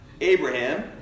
Abraham